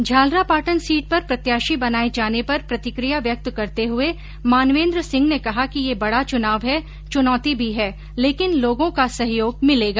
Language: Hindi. झालरापाटन सीट पर प्रत्याशी बनाये जाने पर प्रतिक्रिया व्यक्त करते हुये मानवेन्द्र सिह ने कहा कि यह बड़ा चुनाव है चुनौती भी है लेकिन लोगों का सहयोग मिलेगा